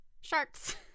sharks